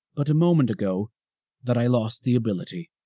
but a moment ago that i lost the ability.